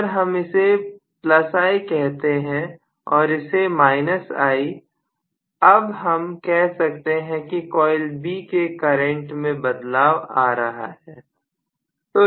अगर हम इसे I कहते हैं और इसे I अब हम कह सकते हैं कि कॉइल B के करंट में बदलाव आ रहा है